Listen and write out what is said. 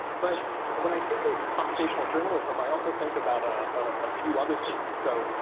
but when i think of computational journalism, i also think about a ah few other things. so